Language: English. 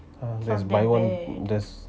um there's buy one there's